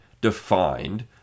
defined